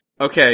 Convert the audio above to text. Okay